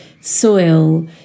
soil